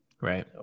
Right